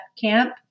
camp